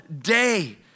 day